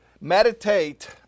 Meditate